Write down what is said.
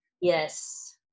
Yes